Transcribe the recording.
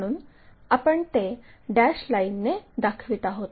म्हणून आपण ते डॅश लाईनने दाखवित आहोत